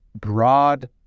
broad